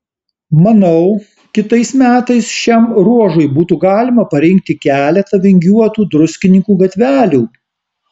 manau kitais metais šiam ruožui būtų galima parinkti keletą vingiuotų druskininkų gatvelių